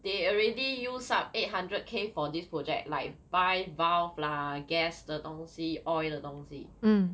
they already use up eight hundred k for this project like buy valve lah gas 的东西 oil 的东西